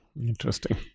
Interesting